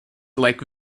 lake